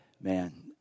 man